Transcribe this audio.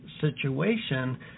situation